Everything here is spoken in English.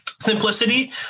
simplicity